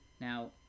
Now